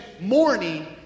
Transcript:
morning